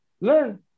learn